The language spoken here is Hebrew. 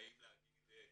האם להגיד,